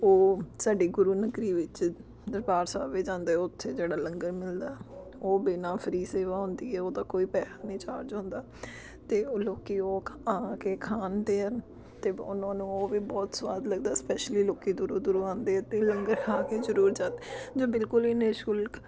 ਉਹ ਸਾਡੇ ਗੁਰੂ ਨਗਰੀ ਵਿੱਚ ਦਰਬਾਰ ਸਾਹਿਬ ਵੀ ਜਾਂਦੇ ਉੱਥੇ ਜਿਹੜਾ ਲੰਗਰ ਮਿਲਦਾ ਉਹ ਬਿਨਾ ਫਰੀ ਸੇਵਾ ਹੁੰਦੀ ਹੈ ਉਹਦਾ ਕੋਈ ਪੈਸਾ ਨਹੀਂ ਚਾਰਜ ਹੁੰਦਾ ਅਤੇ ਉਹ ਲੋਕ ਉਹ ਆ ਕੇ ਖਾਂਦੇ ਹਨ ਅਤੇ ਉਹਨਾਂ ਨੂੰ ਉਹ ਵੀ ਬਹੁਤ ਸਵਾਦ ਲੱਗਦਾ ਸਪੈਸ਼ਲੀ ਲੋਕ ਦੂਰੋਂ ਦੂਰੋਂ ਆਉਂਦੇ ਅਤੇ ਲੰਗਰ ਖਾ ਕੇ ਜ਼ਰੂਰ ਜਾਂਦੇ ਜਾਂ ਬਿਲਕੁਲ ਨਿਸ਼ੁਲਕ